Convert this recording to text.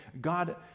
God